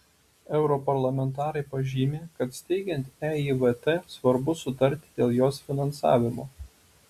europarlamentarai pažymi kad steigiant eivt svarbu sutarti dėl jos finansavimo